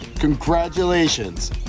Congratulations